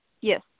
Yes